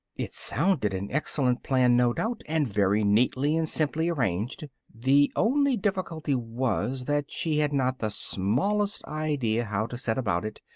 it sounded an excellent plan, no doubt, and very neatly and simply arranged the only difficulty was, that she had not the smallest idea how to set about it,